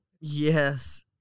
Yes